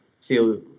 feel